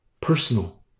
personal